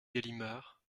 galimard